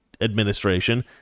administration